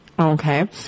Okay